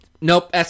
Nope